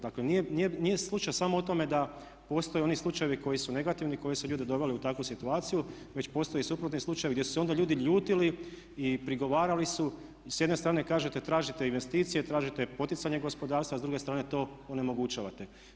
Dakle, nije slučaj samo u tome da postoje oni slučajevi koji su negativni, koji su ljude doveli u takvu situaciju već postoje suprotni slučajevi gdje su se onda ljudi ljutili i prigovarali su s jedne strane kažete tražite investicije, tražite poticanje gospodarstva, a s druge strane to onemogućavate.